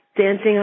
dancing